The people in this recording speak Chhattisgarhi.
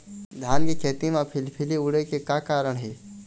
धान के खेती म फिलफिली उड़े के का कारण हे?